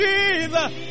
Jesus